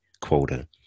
quota